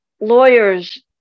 lawyers